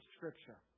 Scripture